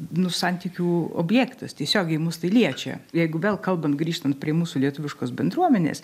nu santykių objektas tiesiogiai mus tai liečia jeigu vėl kalbant grįžtant prie mūsų lietuviškos bendruomenės